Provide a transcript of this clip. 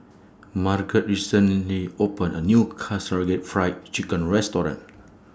Marget recently opened A New Fried Chicken Restaurant